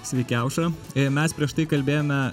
sveiki aušra ir mes prieš tai kalbėjome